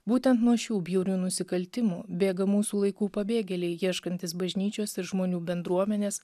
būtent nuo šių bjaurių nusikaltimų bėga mūsų laikų pabėgėliai ieškantys bažnyčios ir žmonių bendruomenės